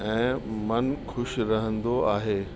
ऐं मन ख़ुशि रहंदो आहे